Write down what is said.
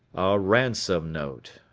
a ransom note,